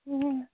ହୁଁ